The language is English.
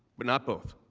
but not both.